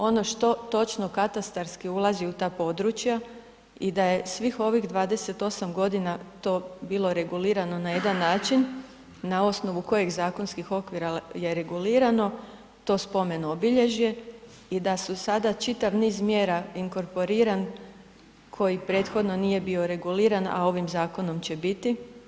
Ono što točno katastarski ulazi u ta područja i da je svih ovih 28 godina to bilo regulirano na jedan način na osnovu kojih zakonskih okvira je regulirano to spomen obilježje i da su sada čitav niz mjera inkorporiran koji prethodno nije bio reguliran, a ovim zakonom će biti.